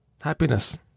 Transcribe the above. Happiness